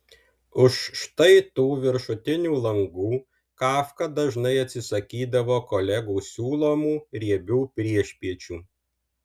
už štai tų viršutinių langų kafka dažnai atsisakydavo kolegų siūlomų riebių priešpiečių